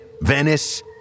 venice